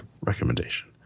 recommendation